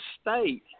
state